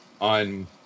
on